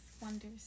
Wonders